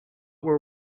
were